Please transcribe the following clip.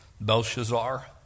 Belshazzar